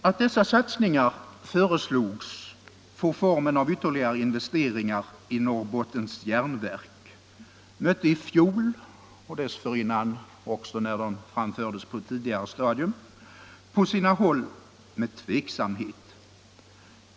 Att dessa satsningar föreslogs få formen av ytterligare investeringar i Norrbottens Järnverk möttes i fjol — och dessförinnan också, när tanken framfördes på ett tidigare stadium — på sina håll med tveksamhet.